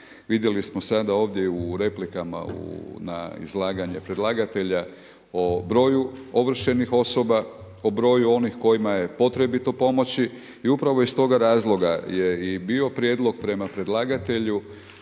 Vidjeli smo sada ovdje u replikama na izlaganje predlagatelja o broju ovršenih osoba, o broju onih kojima je potrebito pomoći i upravo iz toga razloga je i bio prijedlog prema predlagatelju